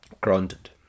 Granted